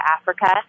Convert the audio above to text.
Africa